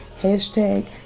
hashtag